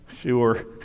sure